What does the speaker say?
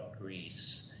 Greece